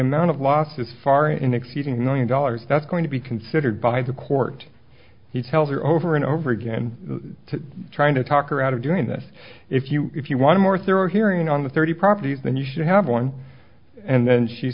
amount of loss is far in exceeding million dollars that's going to be considered by the court he tells her over and over again trying to talk her out of doing this if you if you want a more thorough hearing on the thirty properties then you should have one and then she